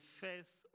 face